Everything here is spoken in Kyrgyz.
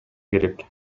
керек